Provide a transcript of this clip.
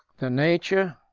the nature,